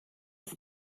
ist